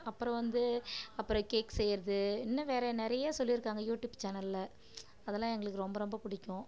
அப்புறம் வந்து அப்புறம் கேக் செய்கிறது இன்னும் வேற நிறைய சொல்லியிருக்காங்க யூடூப் சேனல்ல அதெல்லாம் எங்களுக்கு ரொம்ப ரொம்ப பிடிக்கும்